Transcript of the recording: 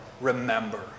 Remember